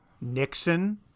Nixon